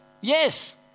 Yes